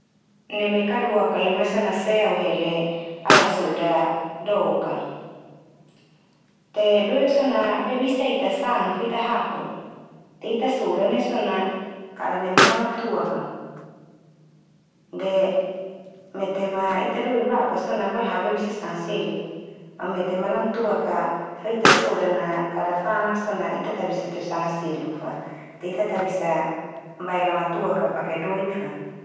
Neme kaduak kala sona se, au hele au asoda dok ka, te doik so na be bisa ita sangan fo ita hapun. Te ita sodan ia so na kada neme Lamatuak ka mai. De mete ma ita doin ba'uk ka so na balaha be bisa sanga seluk. Ma mete ma Lamatuak a fe ita sodan kada fa'anak so na ita ta bisa teu sanga seluk fa, te ita ta bisa bae Lamatuak ka pake doik fa.